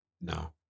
No